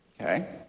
okay